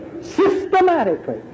systematically